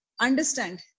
understand